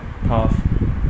Path